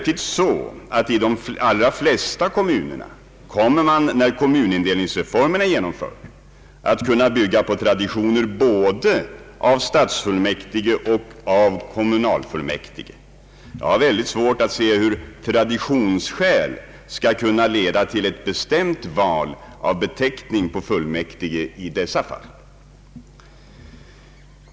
I de allra flesta kommunerna kommer man emellertid när kommunindelningsreformen är genomförd att kunna bygga på traditioner både av stadsfullmäktige och av kommunalfullmäktige. Jag har väldigt svårt att se hur traditionsskäl skall kunna leda till ett bestämt val av benämning på fullmäktige i dessa fall.